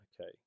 okay